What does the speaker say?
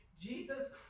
Jesus